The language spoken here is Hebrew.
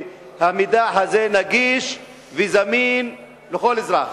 והמידע הזה נגיש וזמין לכל אזרח.